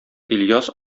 ильяс